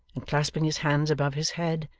and clasping his hands above his head,